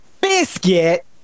Biscuit